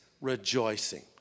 rejoicing